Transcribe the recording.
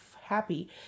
happy